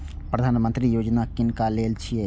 प्रधानमंत्री यौजना किनका लेल छिए?